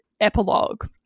Epilogue